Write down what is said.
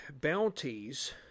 bounties